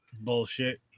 Bullshit